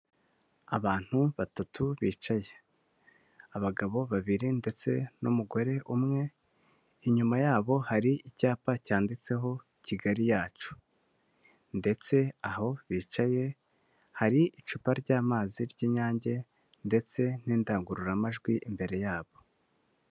Abantu batatu bicaye, abagabo babiri ndetse n'umugore umwe, inyuma yabo hari icyapa cyanditseho Kigali yacu ndetse aho bicaye hari icupa ry'amazi ry'inyange ndetse n'indangururamajwi imbere yabo.